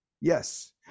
yes